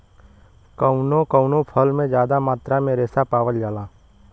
कउनो कउनो फल में जादा मात्रा में रेसा पावल जाला